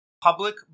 public